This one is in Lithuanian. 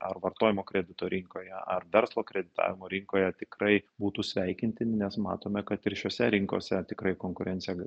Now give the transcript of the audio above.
ar vartojimo kredito rinkoje ar verslo kreditavimo rinkoje tikrai būtų sveikintini nes matome kad ir šiose rinkose tikrai konkurencija